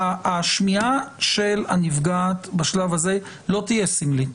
השמיעה של הנפגעת בשלב הזה לא תהיה סמלית,